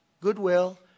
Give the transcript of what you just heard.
Goodwill